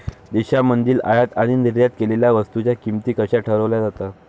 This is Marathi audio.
देशांमधील आयात आणि निर्यात केलेल्या वस्तूंच्या किमती कशा ठरवल्या जातात?